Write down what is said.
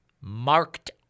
marked